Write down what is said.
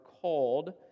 called